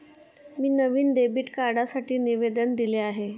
मी नवीन डेबिट कार्डसाठी निवेदन दिले आहे